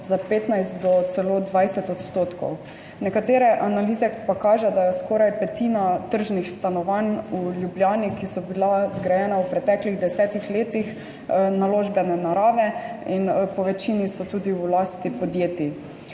za 15 % do celo 20 %, nekatere analize pa kažejo, da je skoraj petina tržnih stanovanj v Ljubljani, ki so bila zgrajena v preteklih 10 letih, naložbene narave in so po večini tudi v lasti podjetij.